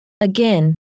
Again